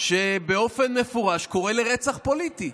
באופן מפורש קורא לרצח פוליטי.